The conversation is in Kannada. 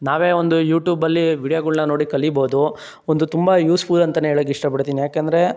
ನಾವೇ ಒಂದು ಯೂಟ್ಯೂಬಲ್ಲಿ ವೀಡಿಯೋಗಳ್ನ ನೋಡಿ ಕಲಿಬೋದು ಒಂದು ತುಂಬ ಯೂಸ್ಫುಲ್ ಅಂತಲೇ ಹೇಳೋಕೆ ಇಷ್ಟಪಡ್ತೀನಿ ಯಾಕೆಂದರೆ